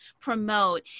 promote